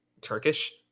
Turkish